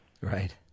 Right